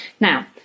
Now